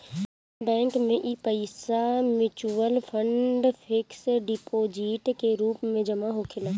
bank में इ पईसा मिचुअल फंड, फिक्स डिपोजीट के रूप में जमा होखेला